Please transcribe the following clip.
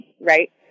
right